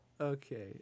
Okay